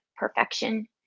Perfection